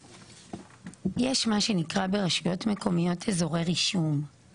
יש מה שנקרא ברשויות מקומיות אזורי רישום,